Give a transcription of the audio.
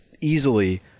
easily